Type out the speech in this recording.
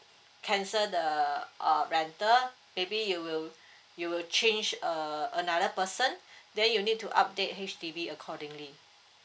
cancel the uh rental maybe you will you will change a another person then you need to update H_D_B accordingly